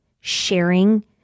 sharing